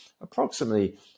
approximately